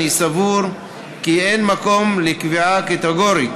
אני סבור כי אין מקום לקביעה קטגורית